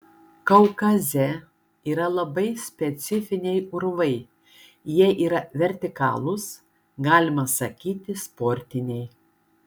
kaukaze yra labai specifiniai urvai jie yra vertikalūs galima sakyti sportiniai